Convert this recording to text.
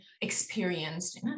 experienced